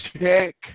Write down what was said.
check